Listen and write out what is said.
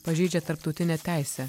pažeidžia tarptautinę teisę